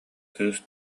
кыыс